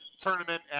tournament